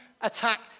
attack